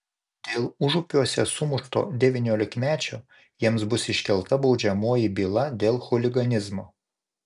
dėl užupiuose sumušto devyniolikmečio jiems bus iškelta baudžiamoji byla dėl chuliganizmo